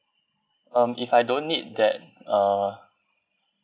um if I don't need that uh